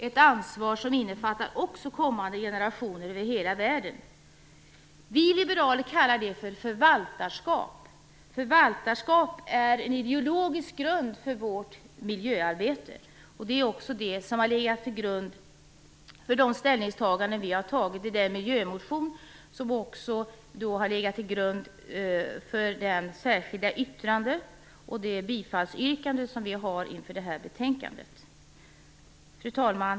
Detta ansvar innefattar också kommande generationer över hela världen. Vi liberaler kallar det för förvaltarskap. Förvaltarskap är en ideologisk grund för vårt miljöarbete, och det är också det som har legat till grund för de ställningstaganden vi har gjort i den miljömotion som också har legat till grund för det särskilda yttrande och det bifallsyrkande som vi har i samband med det här betänkandet. Fru talman!